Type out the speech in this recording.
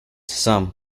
some